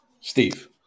Steve